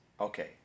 Okay